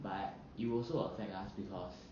but it will also affect us because